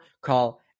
call